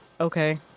Okay